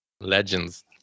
Legends